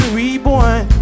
reborn